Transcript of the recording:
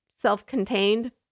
self-contained